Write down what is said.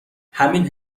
همین